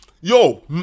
yo